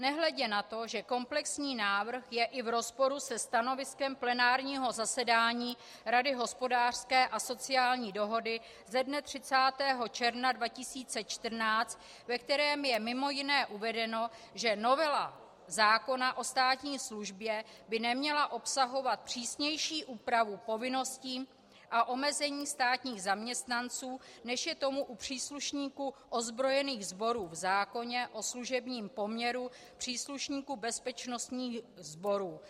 Nehledě na to, že komplexní návrh je i v rozporu se stanoviskem plenárního zasedání Rady hospodářské a sociální dohody ze dne 30. června 2014, ve kterém je mimo jiné uvedeno, že novela zákona o státní službě by neměla obsahovat přísnější úpravu povinností a omezení státních zaměstnanců, než je tomu u příslušníků ozbrojených sborů v zákoně o služebním poměru příslušníků bezpečnostních sborů.